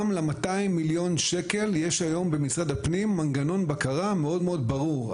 גם ל- 200 מיליון ש"ח יש היום במשרד הפנים מנגנון בקרה מאד מאד ברור.